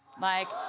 like.